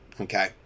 Okay